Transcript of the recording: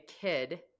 kid